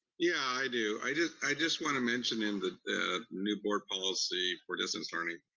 yeah, i do. i just i just wanna mention in the new board policy for distance learning,